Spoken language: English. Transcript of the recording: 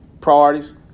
Priorities